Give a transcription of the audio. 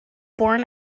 born